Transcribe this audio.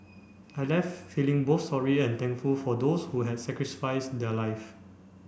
I left feeling both sorry and thankful for those who had sacrificed their lives